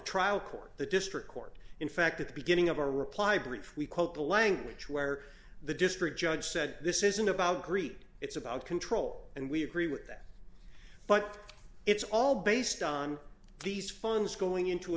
trial court the district court in fact at the beginning of our reply brief we quote the language where the district judge said this isn't about greed it's about control and we agree with that but it's all based on these funds going into a